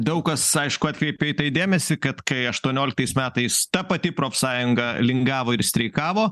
daug kas aišku atkreipė dėmesį kad kai aštuonioliktais metais ta pati profsąjunga lingavo ir streikavo